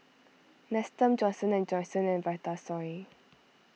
Nestum Johnson and Johnson and Vitasoy